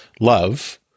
love